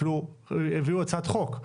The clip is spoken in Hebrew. אפילו הביאו הצעת חוק.